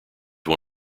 one